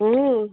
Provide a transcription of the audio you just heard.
হুম